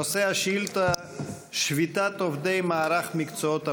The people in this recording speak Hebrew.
נושא השאילתה: שביתת עובדי מערך מקצועות הבריאות.